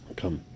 come